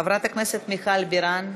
חברת הכנסת מיכל בירן,